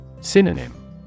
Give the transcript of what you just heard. Synonym